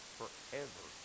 forever